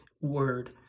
word